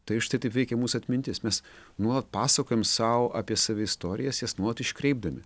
tai štai taip veikia mūsų atmintis mes nuolat pasakojam sau apie save istorijas jas nuolat iškreipdami